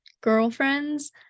girlfriends